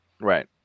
Right